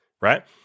right